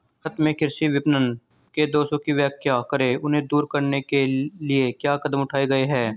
भारत में कृषि विपणन के दोषों की व्याख्या करें इन्हें दूर करने के लिए क्या कदम उठाए गए हैं?